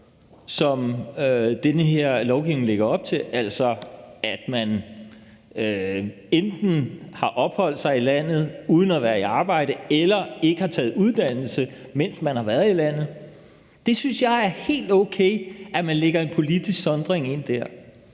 som den her lovgivning lægger op til, altså at man enten har opholdt sig i landet uden at være i arbejde eller ikke har taget uddannelse, mens man har været i landet. Det synes jeg er helt okay, altså at man lægger en politisk sondring ind der.